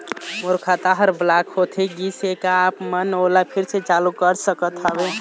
मोर खाता हर ब्लॉक होथे गिस हे, का आप हमन ओला फिर से चालू कर सकत हावे?